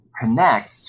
connect